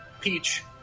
Peach